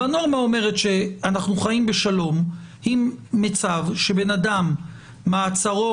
והנורמה אומרת שאנחנו חיים בשלום עם מצב שאדם מעצרו